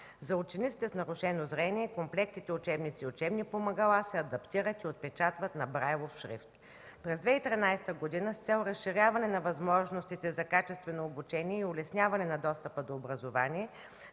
За учениците с нарушено зрение комплектите учебници и учебни помагала се адаптират и отпечатват на брайлов шрифт. През 2013 г., с цел разширяване на възможностите за качествено обучение и улесняване на достъпа до образование,